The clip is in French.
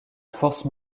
force